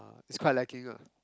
it's quite lacking lah